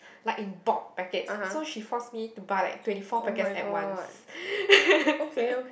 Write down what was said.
like in bulk packet so she force me to buy like twenty four packet at once